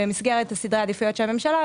במסגרת סדרי העדיפויות של הממשלה,